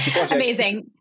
Amazing